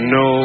no